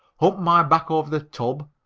humped my back over the tub,